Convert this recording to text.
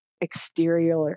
exterior